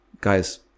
guys